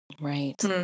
Right